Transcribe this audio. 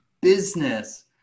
business